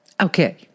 Okay